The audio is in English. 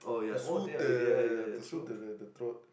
to soothe the to soothe the throat